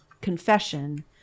confession